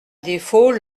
défaut